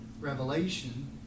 Revelation